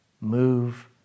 move